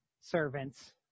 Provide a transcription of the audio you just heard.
servants